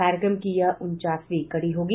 कार्यक्रम की यह उनचासवीं कड़ी होगी